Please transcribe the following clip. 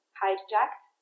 hijacked